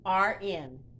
rn